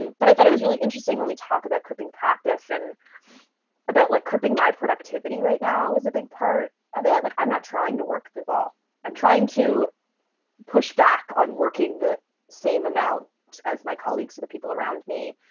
but i thought it was really interesting when we talk about cripping praxis. and about like cripping my productivity right now is a big part of it. like i'm not trying to work. well, i'm trying to push back on working the same amount as my colleagues or the people around me.